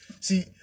See